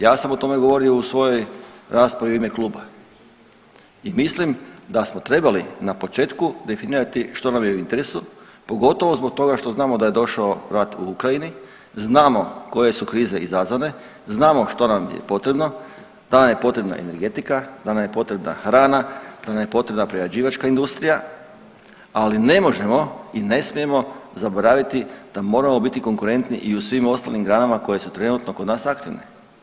Ja sam o tome govorio u svojoj raspravi u ime kluba i mislim da smo trebali na početku definirati što nam je u interesu, pogotovo zbog toga što znamo da je došao rat u Ukrajini, znamo koje su krize izazvane, znamo što nam je potrebno, da nam je potrebna energetika, da nam je potrebna hrana, da nam je potrebna prerađivačka industrija, ali ne možemo i ne smijemo zaboraviti da moramo biti konkurentni i u svim ostalim granama koje su trenutno kod nas aktivne.